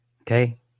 Okay